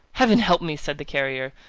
heaven help me! said the carrier.